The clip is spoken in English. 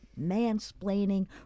mansplaining